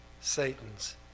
Satan's